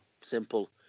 Simple